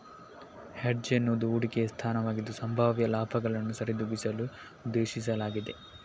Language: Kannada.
ಹೆಡ್ಜ್ ಎನ್ನುವುದು ಹೂಡಿಕೆಯ ಸ್ಥಾನವಾಗಿದ್ದು, ಸಂಭಾವ್ಯ ಲಾಭಗಳನ್ನು ಸರಿದೂಗಿಸಲು ಉದ್ದೇಶಿಸಲಾಗಿದೆ